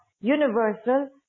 universal